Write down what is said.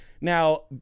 now